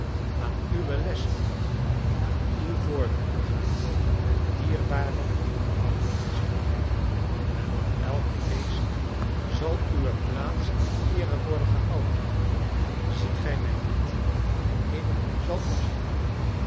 aan uwe lessen aan uw voorbeeld mijn dierbare oude meester en op elk feest zal uwe plaats in eere worden gehouden ziet gij mij niet ik zal u zien